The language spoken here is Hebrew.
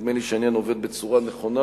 נדמה לי שהעניין עובד בצורה נכונה,